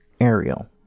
Ariel